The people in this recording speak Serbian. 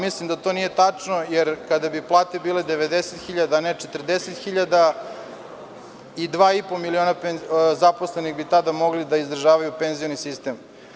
Mislim da to nije tačno, jer kada bi plate bile 90 hiljada, a ne 40 hiljada i dva i po miliona zaposlenih bi tada mogli da izdržavaju penzioni sistem.